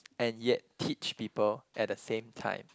and yet teach people at the same time